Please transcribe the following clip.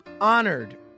honored